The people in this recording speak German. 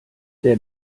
der